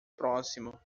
próximo